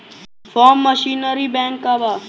Form machinery bank का बा?